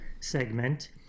segment